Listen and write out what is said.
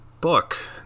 book